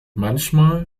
manchmal